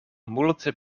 multe